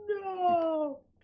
No